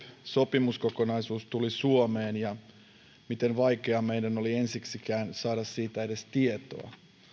sopimuskokonaisuus tuli suomeen ja sen miten vaikea meidän oli ensiksikään saada siitä edes tietoa